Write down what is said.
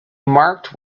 marked